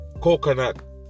coconut